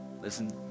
listen